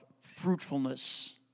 fruitfulness